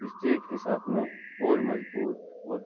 state کے ساتھ میں اور مضبوط اور